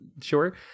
sure